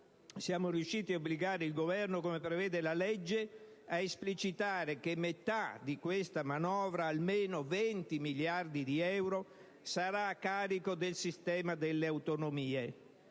siamo riusciti ad obbligare il Governo, come prevede la legge, ad esplicitare che metà di questa manovra (almeno 20 miliardi di euro) sarà a carico del sistema delle autonomie.